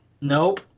Nope